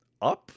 up